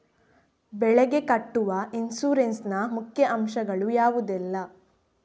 ಬೆಳೆಗೆ ಕಟ್ಟುವ ಇನ್ಸೂರೆನ್ಸ್ ನ ಮುಖ್ಯ ಅಂಶ ಗಳು ಯಾವುದೆಲ್ಲ?